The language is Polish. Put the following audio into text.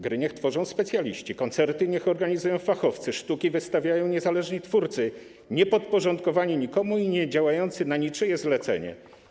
Gry niech tworzą specjaliści, koncerty niech organizują fachowcy, sztuki niech wystawiają niezależni twórcy, niepodporządkowani nikomu i niedziałający na niczyje zlecenie.